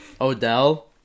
Odell